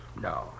No